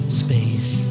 space